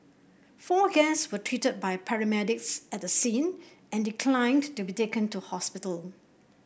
four guest were treated by paramedics at the scene and declined to be taken to hospital